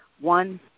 one